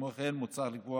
כמו כן מוצע לקבוע